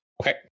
Okay